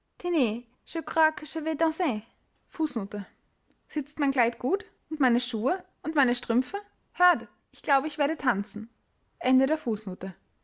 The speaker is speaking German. sitzt mein kleid gut und meine schuhe und meine strümpfe hört ich glaube ich werde tanzen